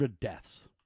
deaths